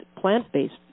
plant-based